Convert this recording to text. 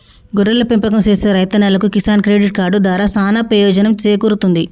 గొర్రెల పెంపకం సేసే రైతన్నలకు కిసాన్ క్రెడిట్ కార్డు దారా సానా పెయోజనం సేకూరుతుంది